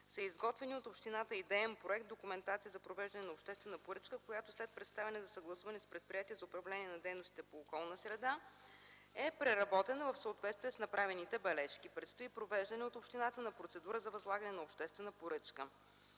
са изготвени от общината: идеен проект, документация за провеждане на обществена поръчка, която след представяне за съгласуване с Предприятието за управление на дейностите по околна среда е преработена в съответствие с направените бележки. Предстои провеждане от общината на процедура за възлагане на обществена поръчка.